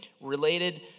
related